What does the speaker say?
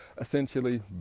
essentially